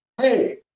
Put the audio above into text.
hey